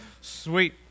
Sweet